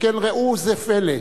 שכן ראו זה פלא.